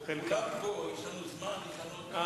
בן-אליעזר נכנס לכאן למליאה לפני 45 דקות או שעה בקירוב.